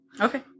Okay